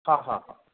हा हा हा